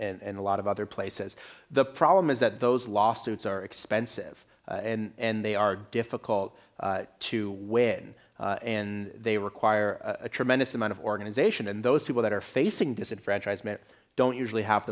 yeah and a lot of other places the problem is that those lawsuits are expensive and they are difficult to win and they require a tremendous amount of organization and those people that are facing disenfranchisement don't usually have